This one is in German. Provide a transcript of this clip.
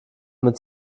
mit